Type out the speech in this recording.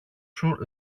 σου